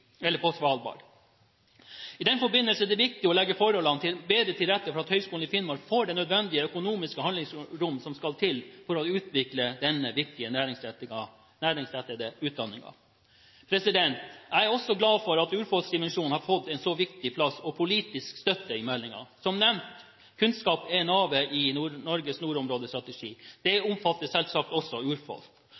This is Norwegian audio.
den forbindelse er det viktig å legge forholdene bedre til rette for at Høgskolen i Finnmark får det økonomiske handlingsrom som skal til for å utvikle denne viktige næringsrettede utdanningen. Jeg er også glad for at urfolksdimensjonen har fått en så viktig plass og politisk støtte i meldingen. Som nevnt, kunnskap er navet i Norges nordområdestrategi. Det omfatter selvsagt også urfolk.